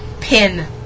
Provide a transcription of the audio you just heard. Pin